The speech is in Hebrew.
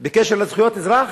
בקשר לזכויות האזרח,